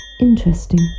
Interesting